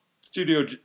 studio